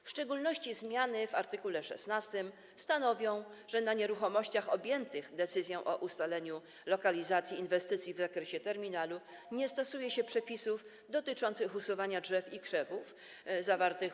W szczególności zmiany w art. 16 stanowią, że na nieruchomościach objętych decyzją o ustaleniu lokalizacji inwestycji w zakresie terminalu nie stosuje się przepisów dotyczących usuwania drzew i krzewów zawartych w